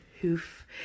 hoof